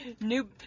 New